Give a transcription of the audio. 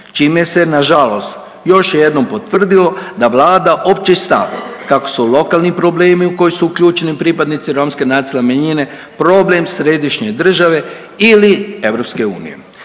čime se na žalost još jednom potvrdilo da vlada opći stav kako su lokalni problemi u koji su uključeni pripadnici romske nacionalne manjine problem središnje države ili EU.